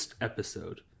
episode